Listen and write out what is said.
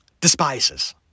Despises